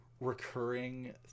recurring